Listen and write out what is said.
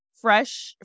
fresh